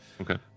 Okay